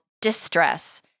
distress